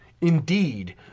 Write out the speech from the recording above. Indeed